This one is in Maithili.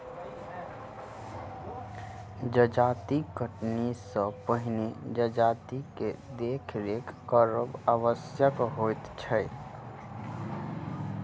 जजाति कटनी सॅ पहिने जजातिक देखरेख करब आवश्यक होइत छै